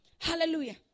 Hallelujah